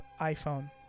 iPhone